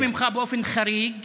אני מבקש ממך באופן חריג